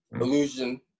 illusion